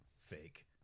fake